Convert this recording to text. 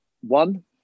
one